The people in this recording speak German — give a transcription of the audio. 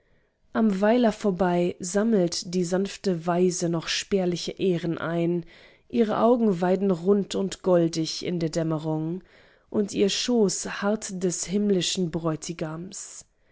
am weiler vorbei sammelt die sanfte waise noch spärliche ähren ein ihre augen weiden rund und goldig in der dämmerung und ihr schoß harrt des himmlischen bräutigams